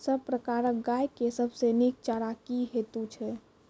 सब प्रकारक गाय के सबसे नीक चारा की हेतु छै?